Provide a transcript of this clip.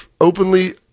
openly